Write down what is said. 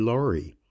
Laurie